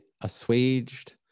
assuaged